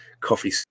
coffee